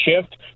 shift